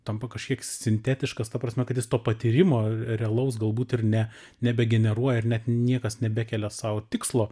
tampa kažkiek sintetiškas ta prasme kad jis to patyrimo realaus galbūt ir ne nebegeneruoja ir net niekas nebekelia sau tikslo